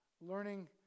learning